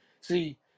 See